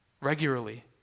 Regularly